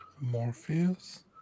Morpheus